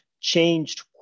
changed